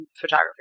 photography